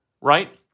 right